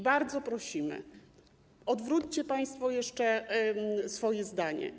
Bardzo prosimy, zmieńcie państwo jeszcze swoje zdanie.